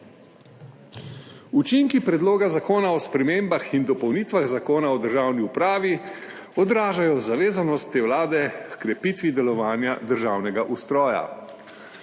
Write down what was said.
Učinki Predloga zakona o spremembah in dopolnitvah Zakona o državni upravi odražajo zavezanost te Vlade h krepitvi delovanja državnega ustroja.